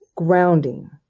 grounding